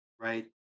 right